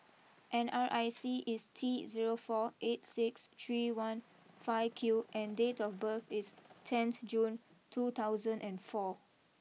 N R I C is T zero four eight six three one five Q and date of birth is tenth June two thousand and four